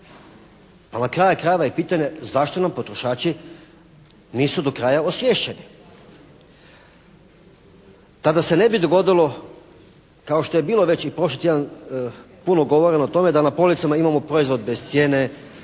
A na kraju krajeva i pitanje zašto nam potrošači nisu do kraja osvješćeni? Tada se ne bi dogodilo kao što je bilo već i prošli tjedan puno govoreno o tome da na policama imamo proizvod bez cijene,